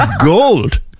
gold